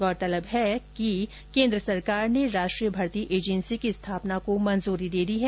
गौरतलब है कि केन्द्र ने राष्ट्रीय भर्ती एजेंसी की स्थापना को मंजूरी दे दी है